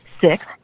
Six